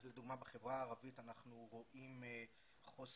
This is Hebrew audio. אז לדוגמה בחברה הערבית אנחנו רואים חוסן,